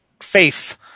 faith